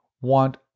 want